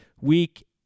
week